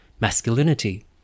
masculinity